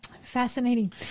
Fascinating